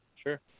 Sure